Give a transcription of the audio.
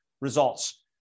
results